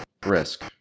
brisk